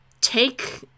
take